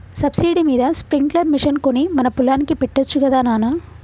subsidy మీద sprinkler machine కొని మన పొలానికి పెట్టొచ్చు గదా నాన